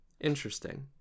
Interesting